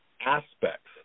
aspects